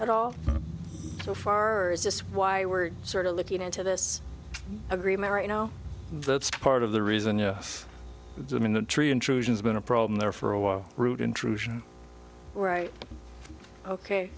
at all so far is this why we're sort of looking into this agreement you know that's part of the reason you're in the tree intrusions been a problem there for a while root intrusion right ok